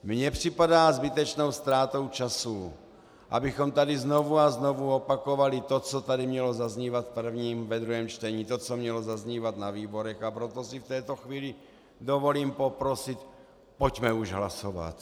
Mně připadá zbytečnou ztrátou času, abychom tady znovu a znovu opakovali to, co tady mělo zaznívat v prvním, ve druhém čtení, to co mělo zahnívat na výborech, a proto si v této chvíli dovolím poprosit, pojďme už hlasovat.